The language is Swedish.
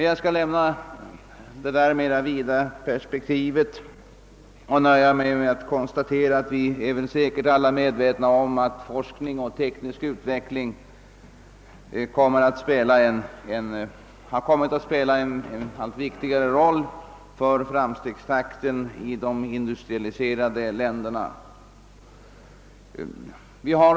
Jag skall emellertid lämna det vidare perspektivet därhän och nöja mig med att konstatera, att vi alla säkert är medvetna om att forskning och teknisk utveckling har kommit att spela en allt viktigare roll för framstegstakten i de industrialiserade länderna.